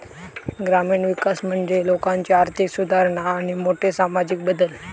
ग्रामीण विकास म्हणजे लोकांची आर्थिक सुधारणा आणि मोठे सामाजिक बदल